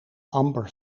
amber